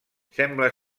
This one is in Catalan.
sembla